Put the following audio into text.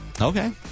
Okay